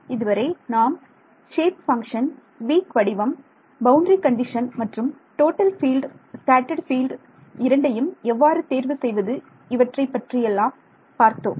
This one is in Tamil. இதுவரை நாம் ஷேப் பங்க்ஷன் வீக் வடிவம் பவுண்டரி கண்டிஷன் மற்றும் டோட்டல் பீல்டு ஸ்கேட்டர்ட் பீல்டு இரண்டையும் எவ்வாறு தேர்வு செய்வது இவற்றைப் பற்றியெல்லாம் பார்த்தோம்